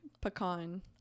Pecan